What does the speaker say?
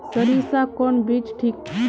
सरीसा कौन बीज ठिक?